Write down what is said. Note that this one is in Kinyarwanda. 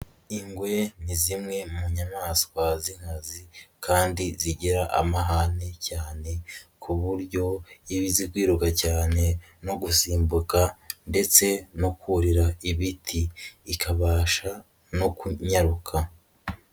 Ingwe ni zimwe mu nyamaswa z'inkazi kandi zigira amahane cyane, ku buryo iba izi kwiruka cyane no gusimbuka ndetse no kurira ibiti, ikabasha no kunyaruka.